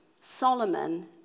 Solomon